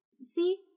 See